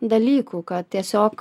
dalykų kad tiesiog